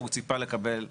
הוא ציפה לקבל פטור.